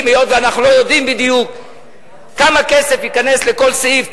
היות שאנחנו לא יודעים בדיוק כמה כסף ייכנס לכל סעיף,